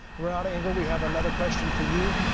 renata engel, we have another question for you.